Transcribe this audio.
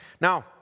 Now